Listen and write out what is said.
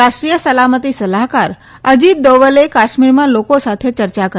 રાષ્ટ્રીય સલામતી સલાહકાર અજીત દોવલે કાશ્મીરમાં લોકો સાથે ચર્ચા કરી